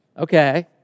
Okay